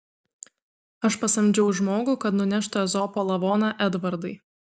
aš pasamdžiau žmogų kad nuneštų ezopo lavoną edvardai